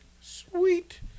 sweet